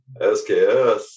SKS